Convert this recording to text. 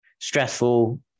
stressful